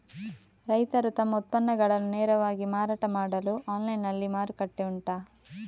ರೈತರು ತಮ್ಮ ಉತ್ಪನ್ನಗಳನ್ನು ನೇರವಾಗಿ ಮಾರಾಟ ಮಾಡಲು ಆನ್ಲೈನ್ ನಲ್ಲಿ ಮಾರುಕಟ್ಟೆ ಉಂಟಾ?